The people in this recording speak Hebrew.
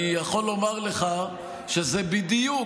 אני יכול לומר לך שזה בדיוק,